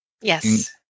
Yes